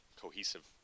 cohesive